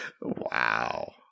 wow